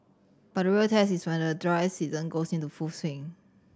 but the real test is when the dry season goes into full swing